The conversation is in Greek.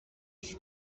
τους